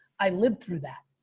i lived through that.